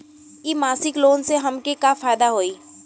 इ मासिक लोन से हमके का फायदा होई?